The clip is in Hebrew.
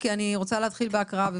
כי אני רוצה להתחיל בהקראה.